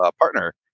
Partner